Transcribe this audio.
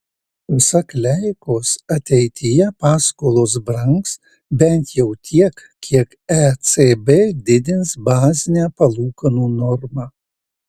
pasak leikos ateityje paskolos brangs bent jau tiek kiek ecb didins bazinę palūkanų normą